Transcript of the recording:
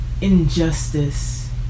injustice